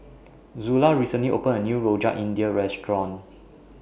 Zula recently opened A New Rojak India Restaurant